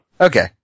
Okay